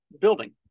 building